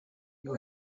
you